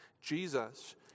Jesus